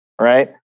right